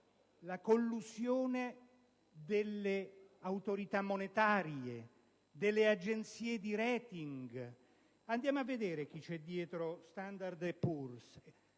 la collusione delle autorità monetarie e delle agenzie di *rating*. Andiamo a vedere chi c'è dietro Standard and Poor's,